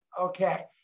okay